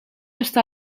está